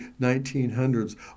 1900s